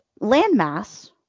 landmass